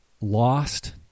lost